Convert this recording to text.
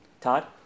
Todd